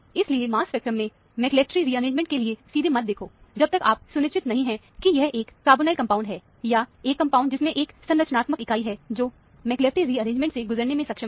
इसलिए mass spectrum में McLafferty rearrangement के लिए सीधे मत देखो जब तक आप सुनिश्चित नहीं हैं कि यह एक कार्बोनिल कंपाउंड है या एक कंपाउंड जिसमें एक संरचनात्मक इकाई है जो मैक्लाफेरी रिअरेंजमेंट से गुजरने में सक्षम है